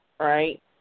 right